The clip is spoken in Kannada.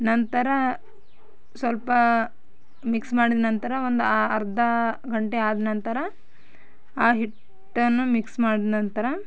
ನಂತರ ಸ್ವಲ್ಪ ಮಿಕ್ಸ್ ಮಾಡಿದ ನಂತರ ಒಂದು ಆ ಅರ್ಧ ಗಂಟೆ ಆದ ನಂತರ ಆ ಹಿಟ್ಟನ್ನು ಮಿಕ್ಸ್ ಮಾಡಿದ ನಂತರ